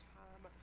time